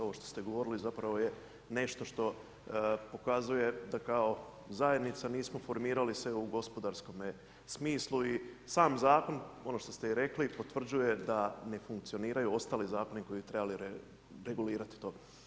Ovo što ste govorili zapravo je nešto što pokazuje da kao zajednica nismo formirali se u gospodarskome smislu i sam zakon ono što ste i rekli potvrđuje da ne funkcioniraju ostali zakoni koji bi trebali regulirati to.